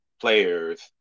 players